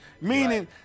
Meaning